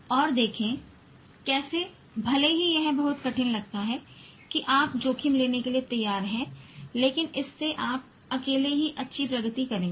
और देखें कैसे भले ही यह बहुत कठिन लगता है कि आप जोखिम लेने के लिए तैयार हैं लेकिन इससे आप अकेले ही अच्छी प्रगति करेंगे